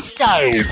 Style